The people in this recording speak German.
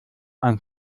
ein